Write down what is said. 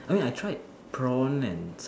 I mean I tried prawn and